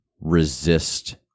resist